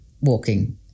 walking